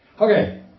Okay